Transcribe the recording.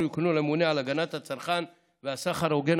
יוקנו לממונה על הגנת הצרכן והסחר ההוגן,